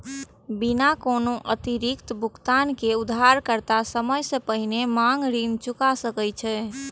बिना कोनो अतिरिक्त भुगतान के उधारकर्ता समय सं पहिने मांग ऋण चुका सकै छै